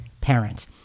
parent